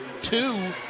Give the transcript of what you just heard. two